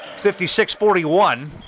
56-41